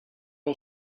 all